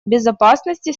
безопасности